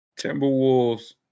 Timberwolves